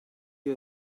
you